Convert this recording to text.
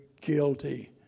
guilty